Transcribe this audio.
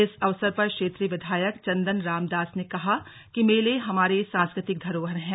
इस अवसर पर क्षेत्रीय विधायक चन्दन राम दास ने कहा कि मेले हमारे सांस्कृतिक धरोहर हैं